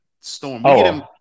storm